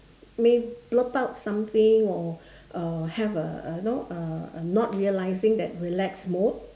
may blurt out something or uh have uh uh you know uh uh not realizing that relaxed mode